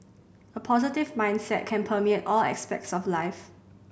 a positive mindset can permeate all aspects of life